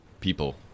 people